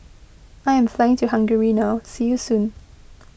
I am flying to Hungary now see you soon